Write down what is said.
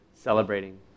celebrating